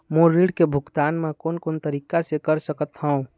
मोर ऋण के भुगतान म कोन कोन तरीका से कर सकत हव?